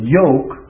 yoke